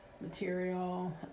material